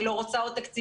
אני לא רוצה עוד תקציבים.